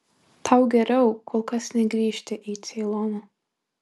tau geriau kol kas negrįžti į ceiloną